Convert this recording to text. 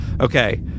okay